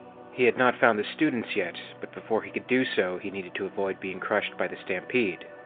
he had not found the students yet, but before he could do so, he needed to avoid being crushed by the stampede.